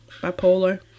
bipolar